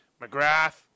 McGrath